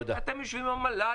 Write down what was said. אתם יושבים עם המל"ל,